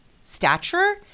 stature